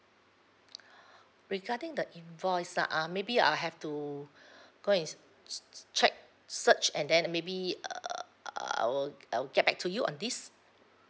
regarding the invoice ah uh maybe I'll have to go and s~ s~ s~ check search and then maybe err err I'll I'll get back to you on this